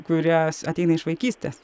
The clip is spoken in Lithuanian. kurios ateina iš vaikystės